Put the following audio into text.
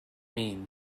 mean